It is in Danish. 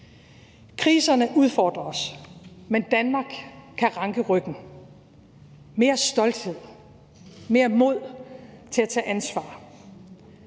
Kriserne udfordrer os, men Danmark kan ranke ryggen – mere stolthed, mere mod til at tage ansvar.